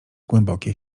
głębokie